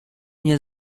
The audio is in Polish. nie